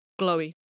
GLOWY